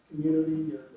community